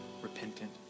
repentant